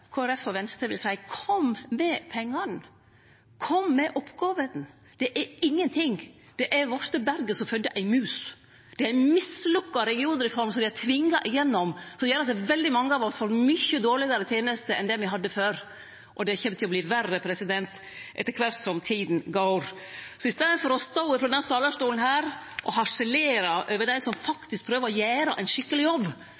og Venstre vil eg seie: Kom med pengane. Kom med oppgåvene. Det er ingenting. Det har vorte berget som fødde ei mus. Det er ei mislukka regionreform som dei har tvinga igjennom, og som gjer at veldig mange av oss får mykje dårlegare tenester enn me hadde før, og det kjem til å verte verre etter kvart som tida går. Så i staden for å stå på denne talarstolen og harselere over dei som faktisk prøver å gjere ein skikkeleg jobb